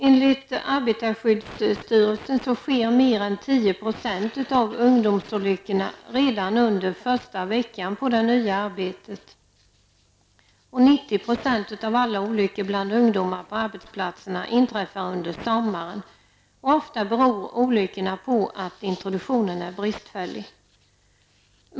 Enligt arbetarskyddsstyrelsen sker mer än 10 % av ungdomsolyckorna redan under första veckan på det nya arbetet. 90 % av alla olyckor bland ungdomar på arbetsplatserna inträffar under sommaren. Ofta beror olyckorna på att introduktionen är bristfällig.